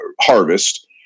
harvest